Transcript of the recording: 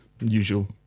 Usual